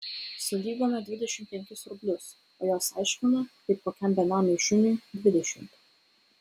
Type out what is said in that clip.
sulygome dvidešimt penkis rublius o jos aiškina kaip kokiam benamiui šuniui dvidešimt